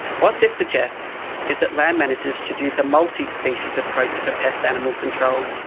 what this suggests is that land managers should use a multi-species approach for pest animal control,